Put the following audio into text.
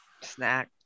snack